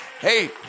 Hey